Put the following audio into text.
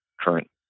current